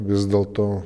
vis dėlto